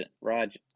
Raj